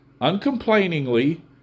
uncomplainingly